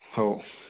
हो